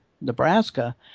Nebraska